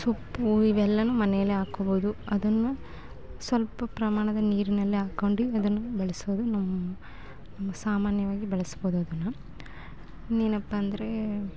ಸೊಪ್ಪು ಇವೆಲ್ಲವೂ ಮನೆಯಲ್ಲೇ ಹಾಕ್ಕೊಳ್ಬೋದು ಅದನ್ನು ಸ್ವಲ್ಪ ಪ್ರಮಾಣದ ನೀರಿನಲ್ಲಿ ಹಾಕೊಂಡು ಅದನ್ನು ಬೆಳೆಸೋದು ನಮ್ಮ ಸಾಮಾನ್ಯವಾಗಿ ಬೆಳೆಸ್ಬೋದು ಅದನ್ನು ಇನ್ನೇನಪ್ಪ ಅಂದ್ರೆ